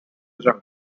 jungle